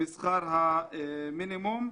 משכר המינימום.